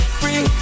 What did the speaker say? free